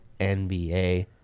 NBA